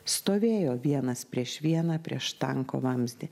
stovėjo vienas prieš vieną prieš tanko vamzdį